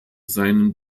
seinen